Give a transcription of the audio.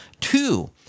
Two